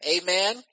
Amen